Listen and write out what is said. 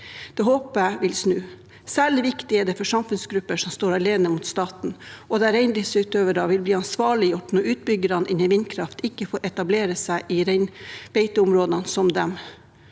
Det håper jeg vil snu. Særlig viktig er det for samfunnsgrupper som står alene mot staten, og der reindriftsutøvere vil bli ansvarliggjort når utbyggere innen vindkraft ikke får etablere seg i reinbeiteområdene, slik de